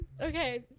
Okay